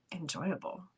enjoyable